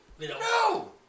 No